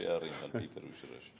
ראשי ערים, על-פי הפירוש של רש"י.